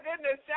goodness